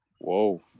Whoa